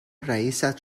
رئیست